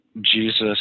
Jesus